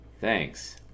thanks